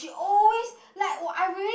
she always like I wearing